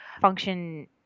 function